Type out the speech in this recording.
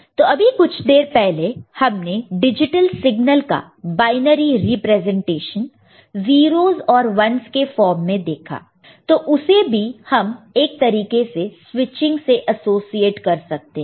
तो अभी कुछ देर पहले हमने डिजिटल सिग्नल का बायनरी रिप्रेजेंटेशन 0's और 1's के फॉर्म में देखा तो उसे भी हम एक तरीके से स्विचिंग से एसोसिएट कर सकते हैं